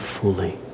fully